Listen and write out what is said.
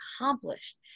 accomplished